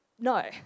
No